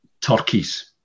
turkeys